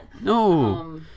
No